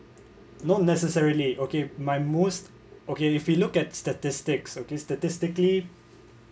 not necessarily okay my most okay if you look at statistics okay statistically